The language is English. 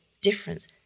difference